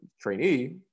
trainee